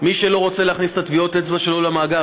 מי שלא רוצה להכניס את טביעות האצבע שלו למאגר,